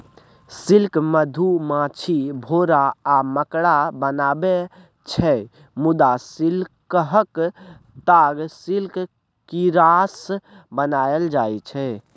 silk मधुमाछी, भौरा आ मकड़ा बनाबै छै मुदा सिल्कक ताग सिल्क कीरासँ बनाएल जाइ छै